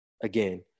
again